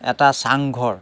এটা চাংঘৰ